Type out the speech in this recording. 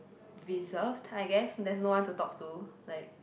reserved I guess there's no one to talk to like